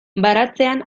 baratzean